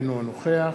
אינו נוכח